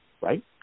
right